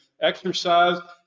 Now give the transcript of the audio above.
exercise